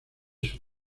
sus